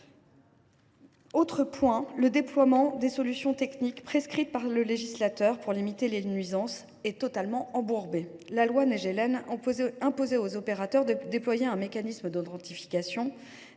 que le déploiement des solutions techniques prescrites par le législateur pour limiter les nuisances est totalement embourbé. La loi Naegelen imposait aux opérateurs de déployer un mécanisme d’authentification